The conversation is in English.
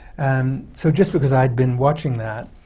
and so just because i'd been watching that,